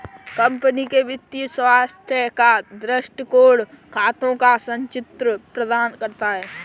company के वित्तीय स्वास्थ्य का दृष्टिकोण खातों का संचित्र प्रदान करता है